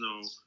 no